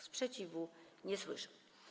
Sprzeciwu nie słyszę.